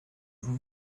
vous